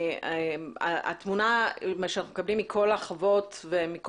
התמונה שאנחנו מקבלים מכל החוות ומכל